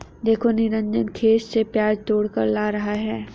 देखो निरंजन खेत से प्याज तोड़कर ला रहा है